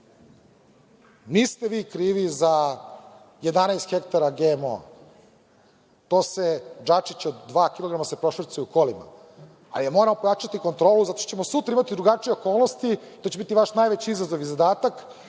vi krivi za 11 hektara GMO-a, to se džačić od dva kilograma prošvercuje u kolima, ali moramo pojačati kontrolu zato što ćemo sutra imati drugačije okolnosti, to će biti vaš najveći izazov i zadatak,